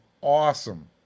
awesome